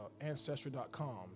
ancestry.com